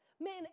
man